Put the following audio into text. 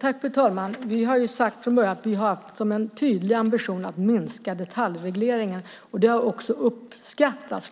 Fru talman! Vi har sagt från början att vi har haft en tydlig ambition att minska detaljregleringen, och det har också uppskattats,